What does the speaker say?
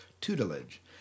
tutelage